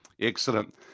Excellent